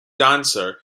dancer